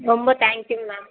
ரொம்ப தேங்க்யூங்க மேம்